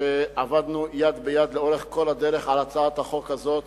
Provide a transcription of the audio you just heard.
שעבדנו יד ביד לאורך כל הדרך על הצעת החוק הזאת,